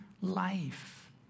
life